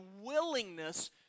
willingness